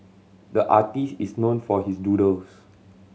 the artist is known for his doodles